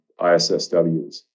ISSWs